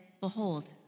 Behold